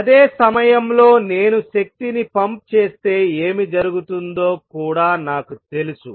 అదే సమయంలో నేను శక్తిని పంప్ చేస్తే ఏమి జరుగుతుందో కూడా నాకు తెలుసు